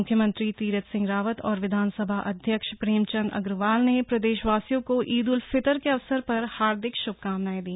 मुख्यमंत्री तीरथ सिंह रावत और विधानसभा अध्यक्ष प्रेमचंद्र अग्रवाल ने प्रदेशवासियों को ईद उल फितर के अवसर पर हार्दिक शुभकामनाएं दी